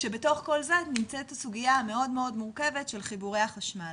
כשבתוך כל זה נמצאת הסוגיה המאוד מאוד מורכבת של חיבורי החשמל.